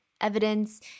evidence